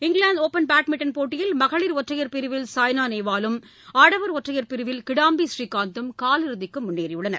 England open badminton போட்டியில் மகளிர் ஒற்றையர் பிரிவில் சாய்னா நேவாலும் ஆடவர் ஒற்றையர் பிரிவில் கிடாம்பி ஸ்ரீகாந்தும் காலிறுதிக்கு முன்னேறியுள்ளனர்